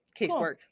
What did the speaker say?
Casework